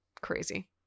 Crazy